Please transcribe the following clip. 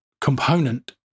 component